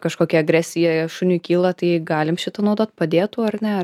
kažkokia agresija jau šuniui kyla tai galim šitą naudot padėtų ar ne ar